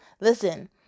Listen